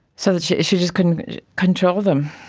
so that she she just couldn't control them.